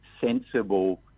sensible